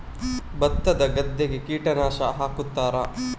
ಭತ್ತದ ಗದ್ದೆಗೆ ಕೀಟನಾಶಕ ಹಾಕುತ್ತಾರಾ?